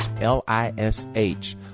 L-I-S-H